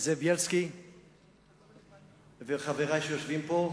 זאב בילסקי וחברי שיושבים פה,